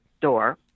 door